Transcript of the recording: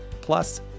plus